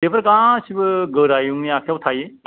बेफोर गासिबो गोरायुंनि आखायाव थायो